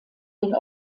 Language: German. den